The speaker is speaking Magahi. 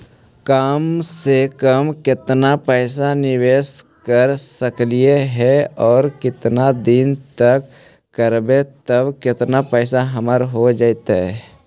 कम से कम केतना पैसा निबेस कर सकली हे और केतना दिन तक करबै तब केतना पैसा हमर हो जइतै?